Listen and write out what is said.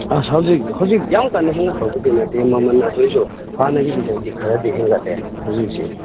ꯑꯁ ꯍꯧꯖꯤꯛ ꯍꯧꯖꯤꯛ ꯌꯥꯝ ꯀꯟꯅ ꯍꯦꯟꯒꯠꯄꯕꯨꯗꯤ ꯅꯠꯇꯦ ꯃꯃꯜ ꯑꯗꯨꯑꯣꯏꯁꯨ ꯍꯥꯟꯅꯒꯤꯗꯨꯗꯩꯗꯤ ꯈꯔꯗꯤ ꯍꯦꯟꯒꯠꯂꯦ ꯍꯧꯖꯤꯛꯁꯤ